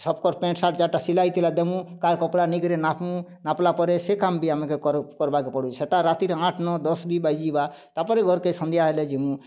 ସବ୍କର୍ pant shirt ଯା'ର୍ଟା ସିଲା ହେଇଥିଲା ଦେମୁ କା'ର୍ କପ୍ଡ଼ା ନେଇକରି ନାପ୍ମୁ ନାପ୍ଲା ପରେ ସେ କାମ୍ ବି ଆମ୍କେ କର୍ବାକେ ପଡ଼ୁଛେ ସେଟା ରାତିରେ ଆଠ୍ ନଅ ଦଶ୍ ବି ବାଜିଯିବା ତା'ର୍ପରେ ଘର୍କେ ସନ୍ଧ୍ୟା ହେଲେ ଯିମୁ